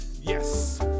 Yes